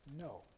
no